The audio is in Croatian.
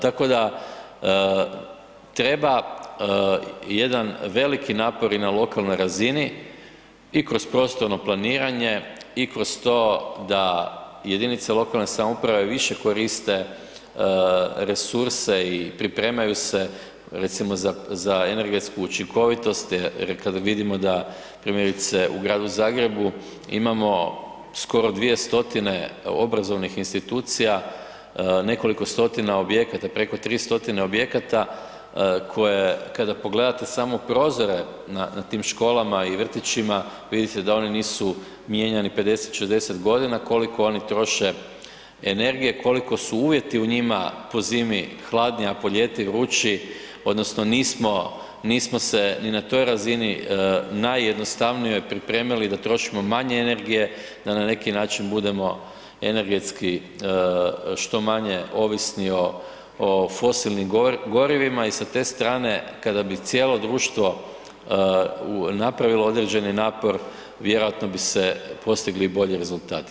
Tako da treba jedan veliki napor i na lokalnoj razini i kroz prostorno planiranje i kroz to da jedinice lokalne samouprave više koriste resurse i pripremaju se recimo za, za energetsku učinkovitost jer kada vidimo da primjerice u Gradu Zagrebu imamo skoro dvije stotine obrazovnih institucija, nekoliko stotina objekata, preko 3 stotine objekata koje kada pogledate samo prozore na, na tim školama i vrtićima, vidite da oni nisu mijenjani 50-60.g. koliko oni troše energije, koliko su uvjeti u njima po zimi hladni, a po ljeti vrući odnosno nismo, nismo se ni na toj razini najjednostavnijoj pripremili da trošimo manje energije, da na neki način budemo energetski što manje ovisni o, o fosilnim gorivima i sa te strane kada bi cijelo društvo napravilo određeni napor vjerojatno bi se postigli i bolji rezultati.